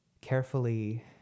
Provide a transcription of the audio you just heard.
carefully